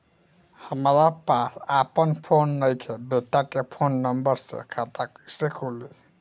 हमरा पास आपन फोन नईखे बेटा के फोन नंबर से खाता कइसे खुली?